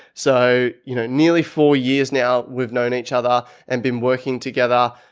so you know nearly four years now, we've known each other and been working together,